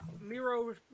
Miro